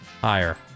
Higher